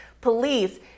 police